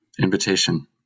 invitation